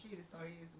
ah